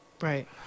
Right